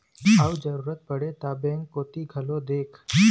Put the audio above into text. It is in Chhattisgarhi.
अउ जरुरत पड़गे ता बेंक कोती घलोक देख